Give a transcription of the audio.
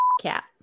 cat